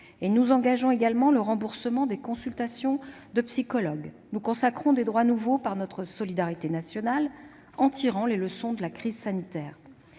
et nous engageons le remboursement des consultations d'un psychologue. Nous consacrons ces droits nouveaux par la solidarité nationale, tout en tirant les leçons de la crise sanitaire.